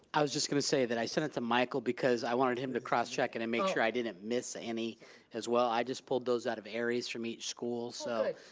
i was just gonna say that i sent it to michael because i wanted him to cross check it and and make sure i didn't miss any as well. i just pulled those out of areas from each school so